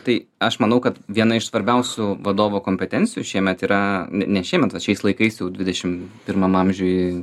tai aš manau kad viena iš svarbiausių vadovo kompetencijų šiemet yra ne ne šiemet vat šiais laikais jau dvidešimt pirmam amžiui